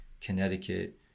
Connecticut